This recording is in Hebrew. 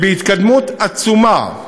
והיא בהתקדמות עצומה,